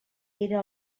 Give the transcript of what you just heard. era